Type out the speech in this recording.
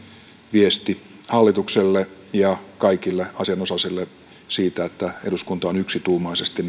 viesti hallitukselle ja kaikille asianosaisille siitä että eduskunta on yksituumaisesti